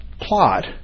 plot